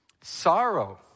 Sorrow